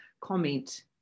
comment